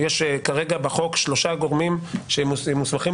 יש כרגע בחוק שלושה גורמים שהם מוסמכים